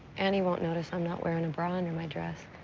and he won't notice i'm not wearing a bra under my dress.